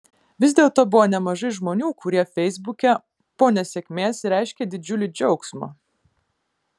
vis dėlto buvo nemažai žmonių kurie feisbuke po nesėkmės reiškė didžiulį džiaugsmą